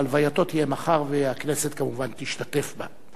הלווייתו תהיה מחר והכנסת כמובן תשתתף בה.